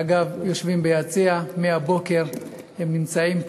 אגב, יושבים ביציע, מהבוקר הם נמצאים פה,